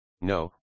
No